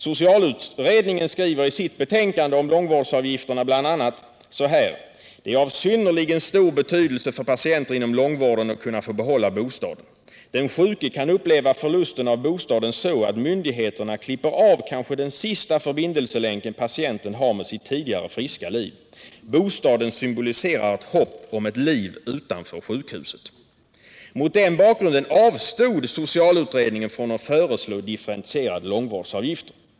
Socialutredningen skriver i sitt betänkande om långvårdsavgifterna bl.a.: ”Det är av synnerligen stor betydelse för patienter inom långvården att kunna få behålla bostaden. —-—-- Den sjuke kan uppleva förlusten av bostaden så att myndigheterna klipper av kanske den sista förbindelselänken patienten har med sitt tidigare friska liv. Bostaden symboliserar ett hopp om ett liv utanför sjukhuset.” Mot den bakgrunden avstod socialutredningen från att föreslå differentierade långvårdsavgifter.